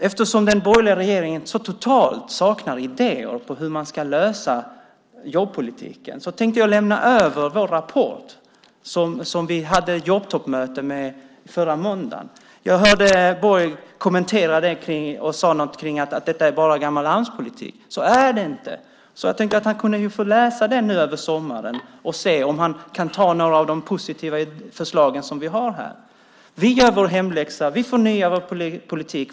Eftersom den borgerliga regeringen så totalt saknar idéer om hur man ska lösa jobbpolitiken, vill jag avslutningsvis lämna över vår rapport från jobbtoppmötet förra måndagen. Jag hörde Borg kommentera den och säga något om att det bara var gammal Amspolitik. Så är det inte. Jag tänkte att han kunde få läsa den nu under sommaren för att se om han kan ta några av de positiva förslag som vi har i den. Vi gör vår hemläxa. Vi förnyar vår politik.